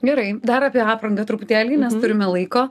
gerai dar apie aprangą truputėlį nes turime laiko